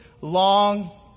long